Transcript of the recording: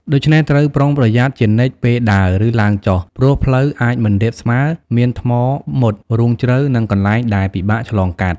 ដូច្នេះ ត្រូវប្រុងប្រយ័ត្នជានិច្ចពេលដើរ ឬឡើងចុះ ព្រោះផ្លូវអាចមិនរាបស្មើ មានថ្មមុត រូងជ្រៅ និងកន្លែងដែលពិបាកឆ្លងកាត់។